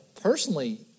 personally